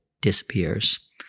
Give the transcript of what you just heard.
disappears